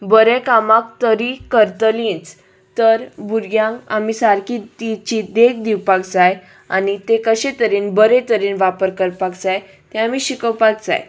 बरें कामाक तरी करतलीच तर भुरग्यांक आमी सारकी तिची देख दिवपाक जाय आनी ते कशे तरेन बरे तरेन वापर करपाक जाय तें आमी शिकोवपाक जाय